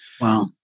Wow